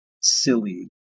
silly